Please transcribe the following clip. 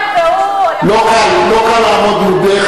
שר החינוך, כהרגלו, אין מה לעשות.